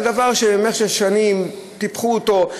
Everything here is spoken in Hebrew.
אלא דבר שבמשך שנים טיפחו אותו,